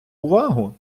увагу